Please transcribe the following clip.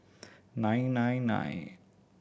nine nine nine